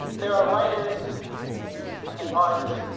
there are writers and artists